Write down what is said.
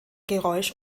geräusch